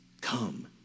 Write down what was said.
Come